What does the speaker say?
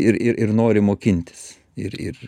ir ir ir nori mokintis ir ir